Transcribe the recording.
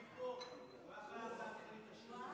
היה צריך להקריא את השמות.